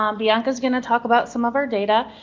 um bianca is going to talk about some of our data,